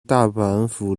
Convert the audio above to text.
大阪府